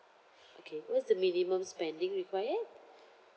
okay what's the minimum spending required